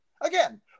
Again